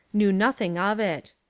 knew nothing of it.